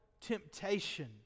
temptation